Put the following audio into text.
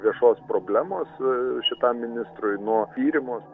viešos problemos šitam ministrui nuo tyrimo